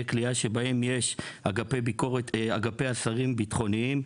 כליאה בהם יש אגפי אסירים ביטחוניים,